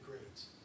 grades